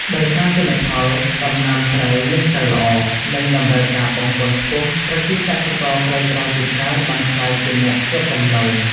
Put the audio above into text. ដោយសារទិន្នផលដំណាំស្រូវមិនសូវល្អ និងតម្រូវការបង់ពន្ធខ្ពស់ ប្រជាកសិករក្រីក្រជាច្រើនបានក្លាយជាអ្នកជាប់បំណុល។